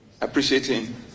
appreciating